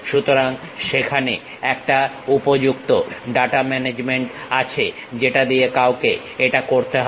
সুতরাং সেখানে একটা উপযুক্ত ডাটা ম্যানেজমেন্ট আছে যেটা দিয়ে কাউকে এটা করতে হবে